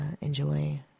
enjoy